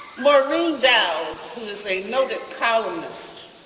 maureen dowd, who is a noted columnist,